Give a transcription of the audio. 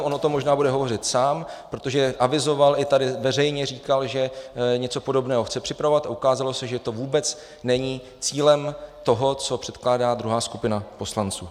On o tom možná bude hovořit sám, protože avizoval i tady veřejně říkal, že něco podobného chce připravovat, a ukázalo se, že to vůbec není cílem toho, co předkládá druhá skupina poslanců.